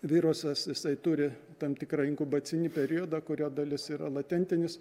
virusas jisai turi tam tikrą inkubacinį periodą kurio dalis yra latentinis